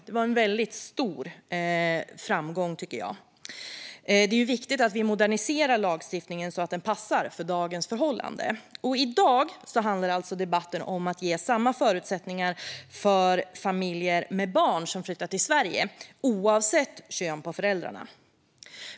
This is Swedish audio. Det var en väldigt stor framgång, tycker jag. Det är ju viktigt att vi moderniserar lagstiftningen så att den passar för dagens förhållanden. I dag handlar debatten alltså om att ge samma förutsättningar för familjer med barn som flyttar till Sverige, oavsett kön på föräldrarna.